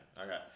Okay